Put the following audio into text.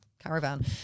Caravan